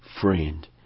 friend